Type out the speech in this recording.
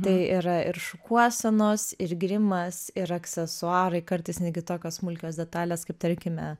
tai yra ir šukuosenos ir grimas ir aksesuarai kartais netgi tokios smulkios detalės kaip tarkime